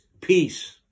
peace